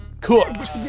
Cooked